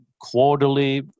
quarterly